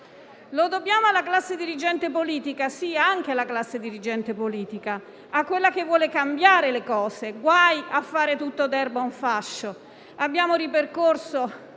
Lo dobbiamo alla classe dirigente politica, sì, anche alla classe dirigente politica, a quella che vuole cambiare le cose (guai a fare di tutta l'erba un fascio). Abbiamo ripercorso